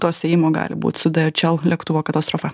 to siejimo gali būt su dieičel lėktuvo katastrofa